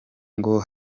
ngo